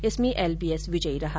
इसमें एलबीएस विजयी रहा